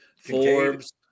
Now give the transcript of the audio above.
Forbes